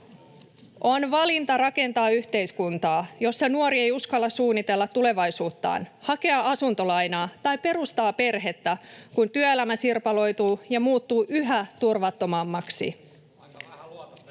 On valinta rakentaa yhteiskuntaa, jossa nuori ei uskalla suunnitella tulevaisuuttaan, hakea asuntolainaa tai perustaa perhettä, kun työelämä sirpaloituu ja muuttuu yhä turvattomammaksi.